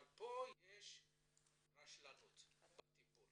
אבל יש כאן רשלנות בטיפול